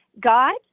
God